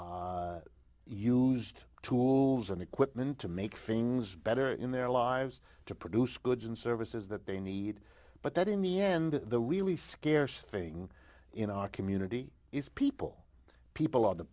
used tools and equipment to make things better in their lives to produce goods and services that they need but that in the end the really scarce feeling in our community is people people at the